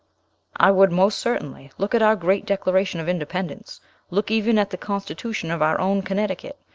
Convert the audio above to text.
i would, most certainly. look at our great declaration of independence look even at the constitution of our own connecticut,